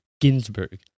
Ginsburg